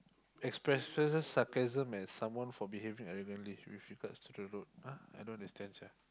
expresses sarcasm at someone for behaving arrogantly with regards to the road !huh! I don't understand sia